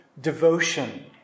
devotion